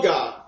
God